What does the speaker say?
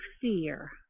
fear